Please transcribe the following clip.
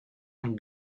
amb